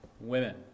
women